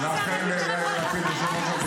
אני יכול לנצל את האתנחתה הזאת בהומור